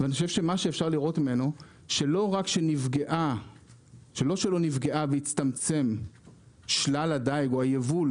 אפשר לראות שלא רק שלא נפגע והצטמצם שלל הדיג או היבול